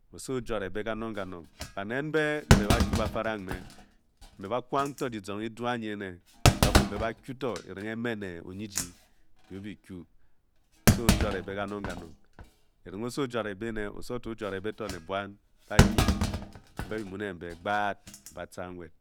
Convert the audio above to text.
Oso o-juare be kanong kanong baned mbe ba a kyu ba faram mme. ba kwang to kizong edu andi ene. ba fu mbe ba kyu to erenghe mme ne onye jyi bu mu kyu. oso o-juare be ne buam banyi mbe bi mu ne mbe gbaad. mba a tca nwed